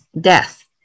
death